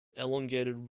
elongated